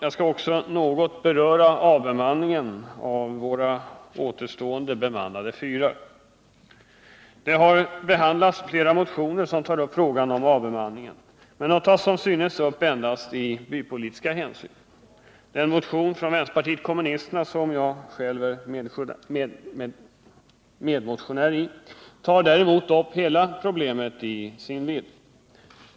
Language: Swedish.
Jag skall också något beröra avbemanningen av våra återstående bemannade fyrar. Det har behandlats flera motioner som tar upp frågan om avbemanningen, men de tar som synes endast bypolitiska hänsyn. Den motion från vpk som jag själv är medmotionär i tar däremot upp problemet i hela dess vidd.